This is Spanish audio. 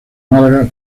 málaga